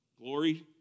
glory